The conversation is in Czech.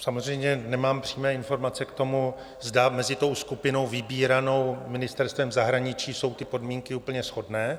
Samozřejmě nemám přímé informace k tomu, zda mezi tou skupinou vybíranou Ministerstvem zahraničí jsou podmínky úplně shodné.